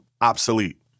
obsolete